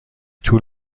طول